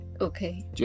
Okay